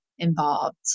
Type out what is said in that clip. Involved